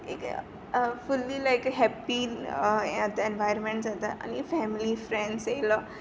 एक फुल्ली लायक हें हॅप्पी एनवायरमेंट जाता आनी फॅमिली फेंन्स येयलो